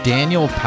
Daniel